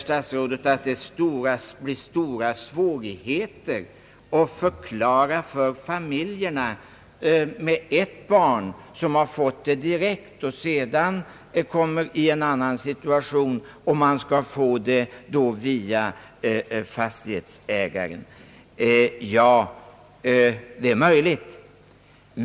Statsrådet säger vidare att stora svårigheter kommer att uppstå att förklara för familjerna med ett barn som fått bidraget direkt att det sedan kommer en annan situation, då de skall få det via fastighetsägaren. Ja, det är möjligt.